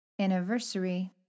anniversary